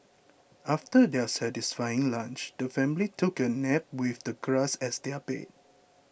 after their satisfying lunch the family took a nap with the grass as their bed